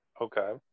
Okay